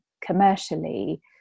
commercially